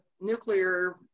nuclear